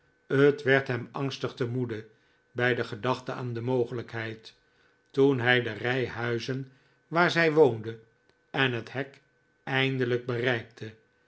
het werd hem angstig te moede bij de gedachte aan die mogelijkheid toen hij de rij huizen waar zij woonde en het hek eindelijk bereikte